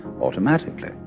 automatically